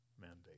mandate